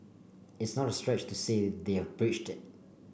it's not a stretch to say they've breached it